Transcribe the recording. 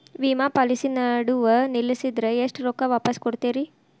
ವಿಮಾ ಪಾಲಿಸಿ ನಡುವ ನಿಲ್ಲಸಿದ್ರ ಎಷ್ಟ ರೊಕ್ಕ ವಾಪಸ್ ಕೊಡ್ತೇರಿ?